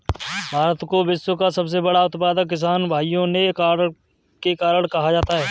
भारत को विश्व का सबसे बड़ा उत्पादक किसान भाइयों के कारण कहा जाता है